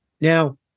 Now